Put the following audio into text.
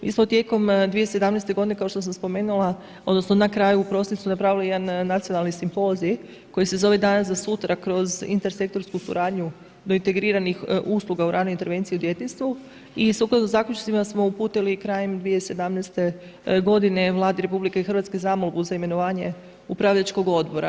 Mi smo tijekom 2017. godine kao što sam spomenula, odnosno na kraju u prosincu napravili jedan nacionalni simpozij koji se zove Dan za sutra kroz intersektorsku suradnju do integriranih usluga u ranoj intervenciji u djetinjstvu i sukladno zaključcima smo uputili krajem 2017. godine Vladi RH zamolbu za imenovanje upravljačkog odbora.